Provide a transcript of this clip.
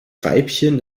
weibchen